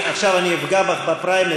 בגידה זו עבירה